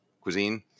cuisine